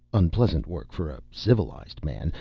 unpleasant work for a civilized man,